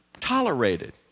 tolerated